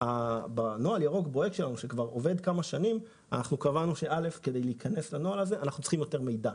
בנוהל המדובר קבענו שכדי להיכנס אליו אנחנו צריכים יותר מידע,